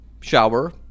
Shower